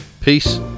peace